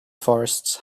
forests